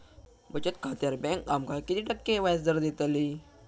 बचत खात्यार बँक आमका किती टक्के व्याजदर देतली?